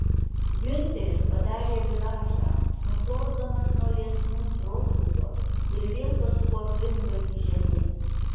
giunteris padarė viražą nutoldamas nuo liepsnų protrūkio ir vėl pasuko pirmgalį žemyn